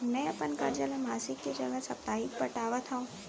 मै अपन कर्जा ला मासिक के जगह साप्ताहिक पटावत हव